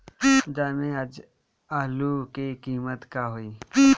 बाजार में आज आलू के कीमत का होई?